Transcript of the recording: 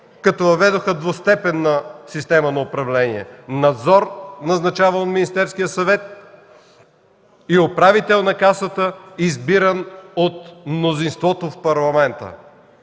като въведоха двустепенна система на управление – надзор, назначаван от Министерския съвет, и управител на Касата, избиран от мнозинството в Парламента.